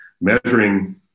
measuring